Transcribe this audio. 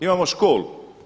Imamo školu.